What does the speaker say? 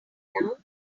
now